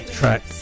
track